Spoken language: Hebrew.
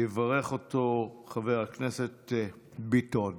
יברך אותו חבר כנסת ביטון.